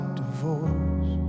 divorce